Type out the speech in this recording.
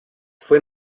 fue